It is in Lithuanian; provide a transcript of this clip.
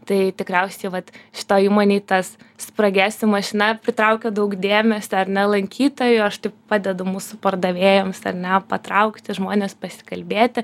tai tikriausiai vat šitoj įmonėj tas spragėsių mašina pritraukia daug dėmesio ar ne lankytojų aš taip padedu mūsų pardavėjams ar ne patraukti žmones pasikalbėti